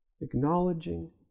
Acknowledging